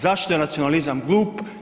Zašto je nacionalizam glup?